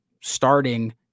starting